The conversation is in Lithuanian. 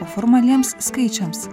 o formaliems skaičiams